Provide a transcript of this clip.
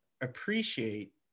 appreciate